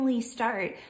start